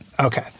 Okay